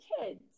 kids